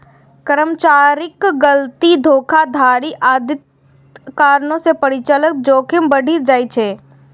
कर्मचारीक गलती, धोखाधड़ी आदिक कारणें परिचालन जोखिम बढ़ि जाइ छै